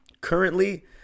Currently